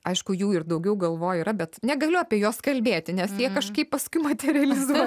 aišku jų ir daugiau galvoj yra bet negaliu apie juos kalbėti nes jie kažkaip paskui man materializuoja